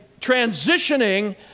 transitioning